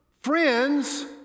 friends